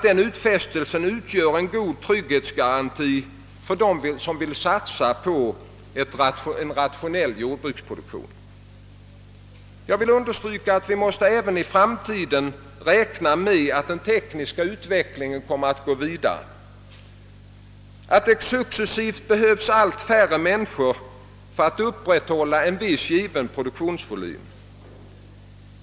Denna utfästelse utgör en god trygghetsgaranti för dem som vill satsa på en rationell jordbruksproduktion. Jag vill understryka att vi måste räkna med att den tekniska utvecklingen kommer att gå vidare även i framtiden och att det successivt kommer att behövas allt färre människor för att upprätthålla en viss given produktionsvolym.